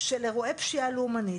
של אירועי פשיעה לאומנית,